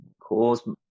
cause